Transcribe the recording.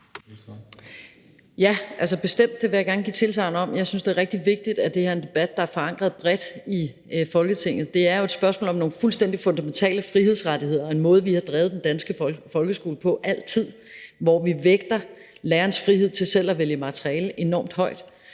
Ja, bestemt. Det vil jeg gerne give tilsagn om. Jeg synes, det er rigtig vigtigt, at det her er en debat, der er forankret bredt i Folketinget. Det er jo et spørgsmål om nogle fuldstændig fundamentale frihedsrettigheder og en måde, vi har drevet den danske folkeskole på altid, hvor vi vægter lærerens frihed til selv at vælge materiale enormt højt.